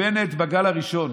בנט בגל הראשון: